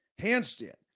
handstand